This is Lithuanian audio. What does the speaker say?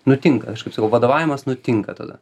nutinka aš kaip sakau vadovavimas nutinka tada